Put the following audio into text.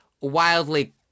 wildly